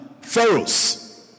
pharaohs